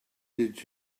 did